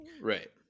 Right